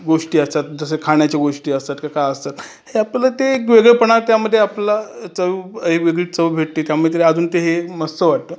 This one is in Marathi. गोष्टी असतात जसं खाण्याच्या गोष्टी असतात का काय असतात हे आपलं ते एक वेगळेपणा त्यामध्ये आपला चव ही वेगळीच चव भेटते त्यामध्ये अजून ते हे मस्त वाटतं